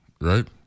right